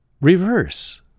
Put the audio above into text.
reverse